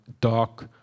dark